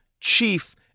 chief